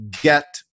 get